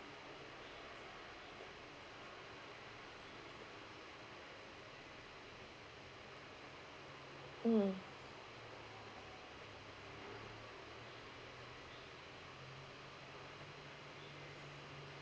mm